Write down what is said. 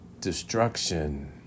destruction